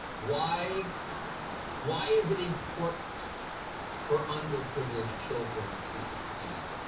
why why is it important for underprivileged children to succeed?